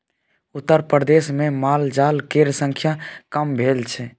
उत्तरप्रदेशमे मालजाल केर संख्या कम भेल छै